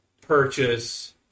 purchase